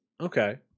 okay